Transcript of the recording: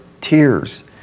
tears